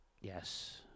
Yes